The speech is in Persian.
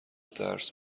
درس